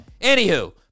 Anywho